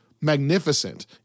magnificent